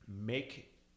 make